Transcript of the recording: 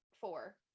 four